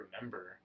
remember